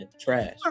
Trash